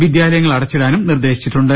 വിദ്യാലയങ്ങൾ അട ച്ചിടാനും നിർദ്ദേശിച്ചിട്ടുണ്ട്